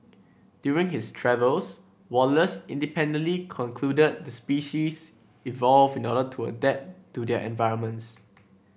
during his travels Wallace independently concluded the species evolve in order to adapt to their environments